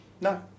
No